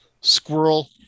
squirrel